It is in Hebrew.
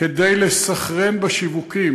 כדי לסנכרן בשיווקים.